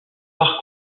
par